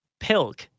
pilk